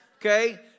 okay